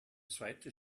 zweite